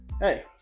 hey